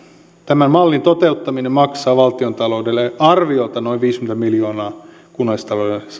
tämän mallin toteuttaminen maksaa valtiontaloudelle arviolta noin viisikymmentä miljoonaa kunnallistaloudelle